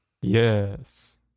yes